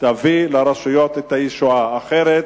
תביא לרשויות את הישועה, אחרת